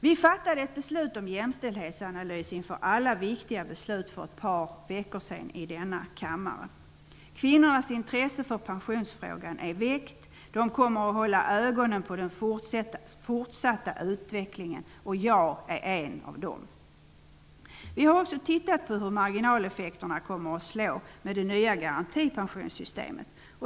Vi fattade beslut om en jämställdhetsanalys av alla viktiga beslut för ett par veckor sedan i denna kammare. Kvinnornas intresse för pensionsfrågan är väckt. De kommer att hålla ögonen på den fortsatta utvecklingen, och jag är en av dem. Vi har också tittat på hur marginaleffekterna kommer att slå med det nya garantipensionssystemet.